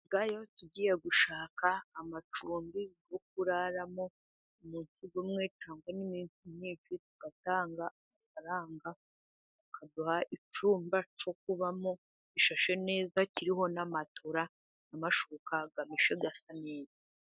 Tujyayo tugiye gushaka amacumbi yo kuraramo umunsi umwe cyangwa iminsi myinshi, tugatanga amafaranga bakaduha icyumba cyo kubamo, gishashe neza kiriho na matora n' amashuka ameshe asa neza.